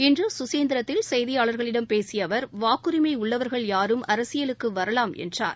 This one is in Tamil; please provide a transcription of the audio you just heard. இன்று சுசீந்திரத்தில் செய்தியாளர்களிடம் பேசிய அவர் வாக்குரிமை உள்ளவர்கள் யாரும் அரசியலுக்கு வரலாம் என்றார்